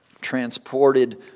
transported